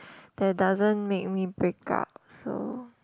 they doesn't make me pick up so